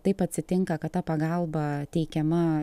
taip atsitinka kad ta pagalba teikiama